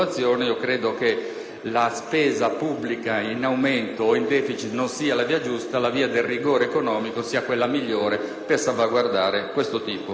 la spesa pubblica in aumento o in *deficit* non sia la via giusta e che la via del rigore economico sia quella migliore per salvaguardare questo tipo di interessi.